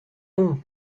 nom